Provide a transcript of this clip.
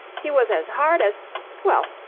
he was as hard as well,